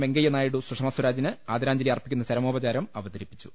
വെങ്കയ്യ നായിഡു സുഷമ സ്വരാജിന് ആദരാഞ്ജലി അർപ്പിക്കുന്ന ചരമോപചാരം അവതരിപ്പിച്ചു